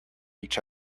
each